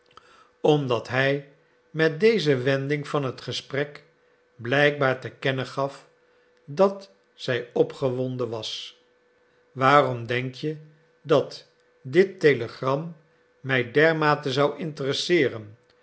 omdat hij met deze wending van het gesprek blijkbaar te kennen gaf dat zij opgewonden was waarom denk je dat dit telegram mij dermate zou interesseeren